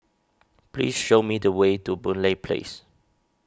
please show me the way to Boon Lay Place